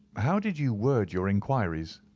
how did you word your inquiries?